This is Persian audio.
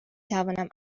توانم